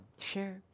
Sure